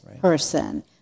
person